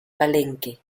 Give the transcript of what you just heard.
palenque